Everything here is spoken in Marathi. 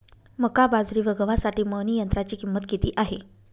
मका, बाजरी व गव्हासाठी मळणी यंत्राची किंमत किती आहे?